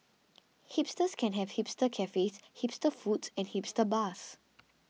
hipsters can have hipster cafes hipster foods and hipster bars